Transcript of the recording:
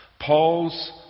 Paul's